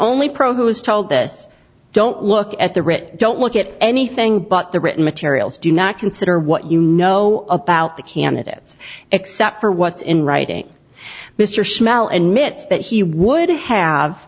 only pro who was told this don't look at the rich don't look at anything but the written materials do not consider what you know about the candidates except for what's in writing mr smell and mitts that he would have